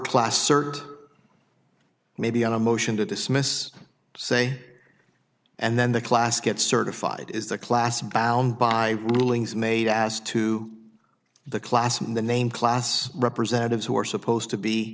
class cert maybe on a motion to dismiss say and then the class gets certified is the class bound by rulings made as to the class and the name class representatives who are supposed to be